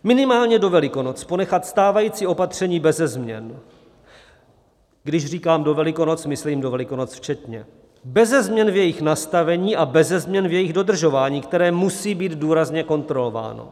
Minimálně do Velikonoc ponechat stávající opatření beze změn když říkám do Velikonoc, myslím do Velikonoc včetně beze změn v jejich nastavení a beze změn v jejich dodržování, které musí být důrazně kontrolováno.